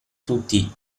tutti